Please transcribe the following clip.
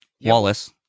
Wallace